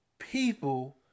people